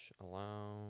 Allow